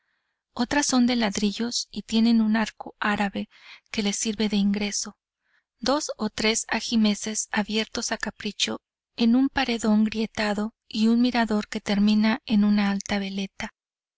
otras son de ladrillos y tienen un arco árabe que les sirve de ingreso dos o tres ajimeces abiertos a capricho en un paredón grieteado y un mirador que termina en una alta veleta